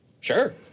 Sure